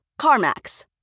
CarMax